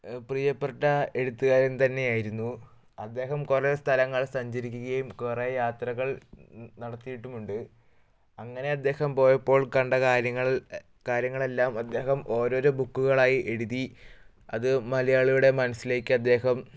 പ്രിയപ്പെട്ട എഴുത്തുകാരൻ തന്നെയായിരുന്നു അദ്ദേഹം കുറെ സ്ഥലങ്ങൾ സഞ്ചരിക്കുകയും കുറെ യാത്രകൾ നടത്തിയിട്ടുമുണ്ട് അങ്ങനെ അദ്ദേഹം പോയപ്പോൾ കണ്ട കാര്യങ്ങൾ കാര്യങ്ങളെല്ലാം അദ്ദേഹം ഓരോരോ ബുക്കുകളായി എഴുതി അത് മലയാളിയുടെ മനസ്സിലേക്ക് അദ്ദേഹം